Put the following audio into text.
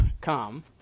come